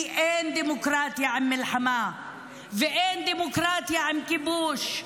כי אין דמוקרטיה עם מלחמה ואין דמוקרטיה עם כיבוש,